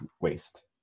waste